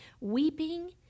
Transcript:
Weeping